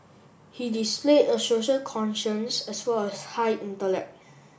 he displayed a social conscience as well as high intellect